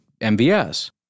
MVS